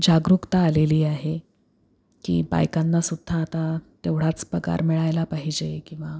जागरूकता आलेली आहे की बायकांना सुद्धा आता तेवढाच पकार मिळायला पाहिजे किंवा